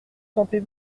sentez